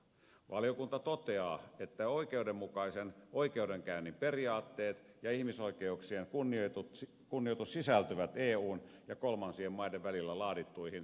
valiokunta toteaa että oikeudenmukaisen oikeudenkäynnin periaatteet ja ihmisoikeuksien kunnioitus sisältyvät eun ja kolmansien maiden välillä laadittuihin siirtosopimuksiin